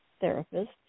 therapist